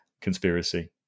conspiracy